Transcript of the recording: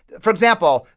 for example,